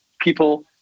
people